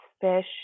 fish